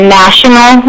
national